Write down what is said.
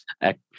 act